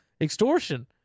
extortion